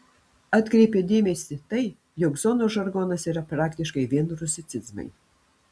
atkreipia dėmesį tai jog zonos žargonas yra praktiškai vien rusicizmai